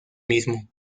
mismo